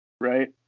right